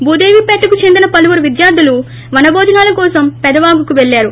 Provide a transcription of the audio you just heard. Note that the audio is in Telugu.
భూదేవిపేటకు చెందిన పలువురు విద్యార్దులు వనభోజనాల కోసం పెదవాగుకు పెల్లారు